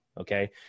okay